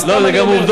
סתם אני אומר,